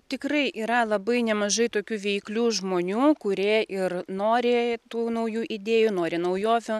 tikrai yra labai nemažai tokių veiklių žmonių kurie ir nori tų naujų idėjų nori naujovių